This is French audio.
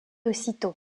aussitôt